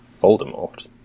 Voldemort